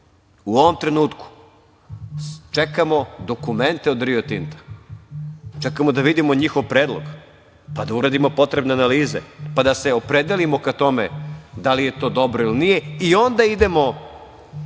u ovom trenutku čekamo dokumente od „Rio Tinta“, čekamo da vidimo njihov predlog pa da uradimo potrebne analize, pa da se opredelimo ka tome da li je to dobro ili nije i onda idemo pred